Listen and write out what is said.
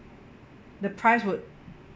the price would